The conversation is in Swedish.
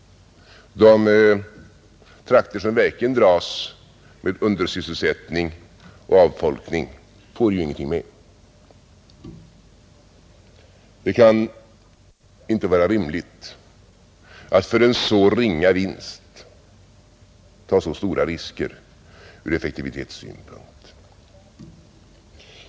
De platser som verkligen dras med undersysselsättning och avfolkning får ju ingenting med. Det kan inte vara rimligt att för en så ringa vinst ta så stora risker från effektivitetssynpunkt.